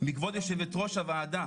מכבוד יושבת-ראש הוועדה,